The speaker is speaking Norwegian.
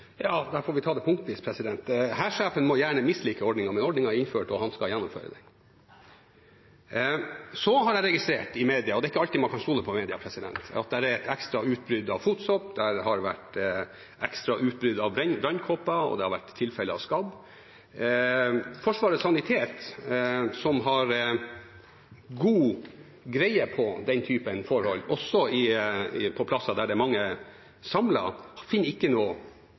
Da får vi ta det punktvis. Hærsjefen må gjerne mislike ordningen, men ordningen er innført, og han skal gjennomføre den. Så har jeg registrert i media, og det er ikke alltid man kan stole på media, at det er et ekstra utbrudd av fotsopp, det har vært ekstra utbrudd av brennkopper, og det har vært tilfeller av skabb. Forsvarets sanitet, som har god greie på den typen forhold, også på plasser der det er mange samlet, finner ikke noe